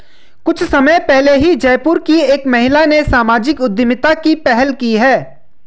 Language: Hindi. कुछ समय पहले ही जयपुर की एक महिला ने सामाजिक उद्यमिता की पहल की है